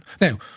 Now